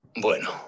Bueno